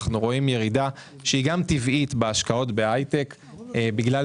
אנחנו רואים ירידה טבעית בהשקעות בהייטק מאיזה